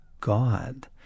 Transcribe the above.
God